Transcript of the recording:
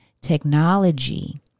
technology